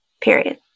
Period